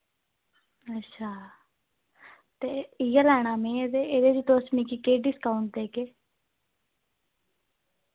अच्छा ते इ'यै लैना मै ते एह्दे च तुस मिकी केह् डिस्काउंट देगे